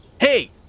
Hey